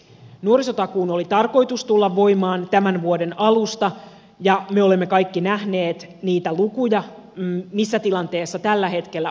nuorisotakuun oli tarkoitus tulla voimaan tämän vuoden alusta ja me olemme kaikki nähneet niitä lukuja missä tilanteessa tällä hetkellä ollaan